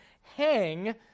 hang